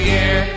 Year